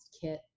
kit